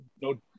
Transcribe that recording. No